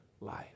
life